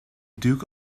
duke